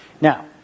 Now